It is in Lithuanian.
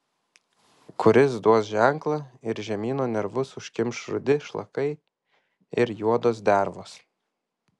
kuris duos ženklą ir žemyno nervus užkimš rudi šlakai ir juodos dervos